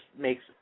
makes